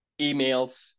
emails